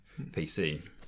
PC